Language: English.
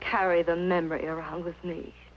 carry the members around with me